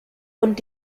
und